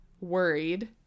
worried